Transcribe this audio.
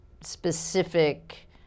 specific